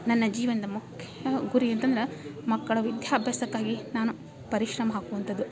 ನನ್ನ ಜೀವನದ ಮುಖ್ಯ ಗುರಿ ಅಂತಂದ್ರೆ ಮಕ್ಕಳ ವಿದ್ಯಾಭ್ಯಾಸಕ್ಕಾಗಿ ನಾನು ಪರಿಶ್ರಮ ಹಾಕುವಂಥದ್ದು